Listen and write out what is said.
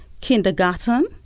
kindergarten